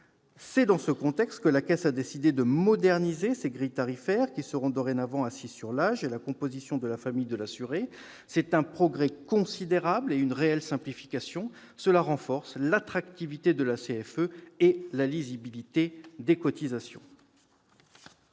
C'est dans ce contexte que la Caisse a décidé de moderniser ses grilles tarifaires, qui seront dorénavant assises sur l'âge et la composition de la famille de l'assuré. C'est un progrès considérable et une réelle simplification. Cela renforce l'attractivité de la CFE et la lisibilité des cotisations.